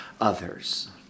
others